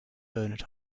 bernard